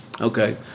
Okay